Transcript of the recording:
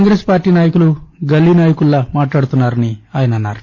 Congress party నాయకులు గల్లీ నాయకుల్లా మాట్లాడతున్నారని ఆయన అన్నారు